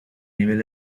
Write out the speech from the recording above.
nivel